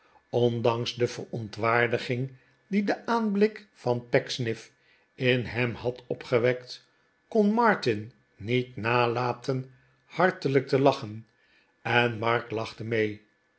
ondanks de verontwaardiging die de aanblik van pecksniff in hem had opgewekt kon martin niet nalaten hartelijk te lachen en mark lachte mee